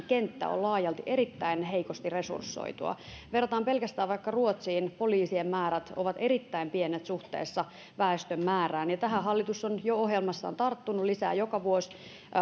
kenttä on laajalti erittäin heikosti resursoitua jos verrataan pelkästään vaikka ruotsiin poliisien määrät ovat erittäin pienet suhteessa väestön määrään tähän hallitus on jo ohjelmassaan tarttunut se lisää joka vuosi